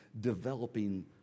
developing